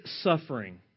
suffering